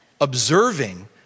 Observing